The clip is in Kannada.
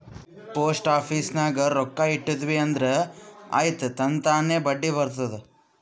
ಪೋಸ್ಟ್ ಆಫೀಸ್ ನಾಗ್ ರೊಕ್ಕಾ ಇಟ್ಟಿದಿ ಅಂದುರ್ ಆಯ್ತ್ ತನ್ತಾನೇ ಬಡ್ಡಿ ಬರ್ತುದ್